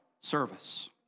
service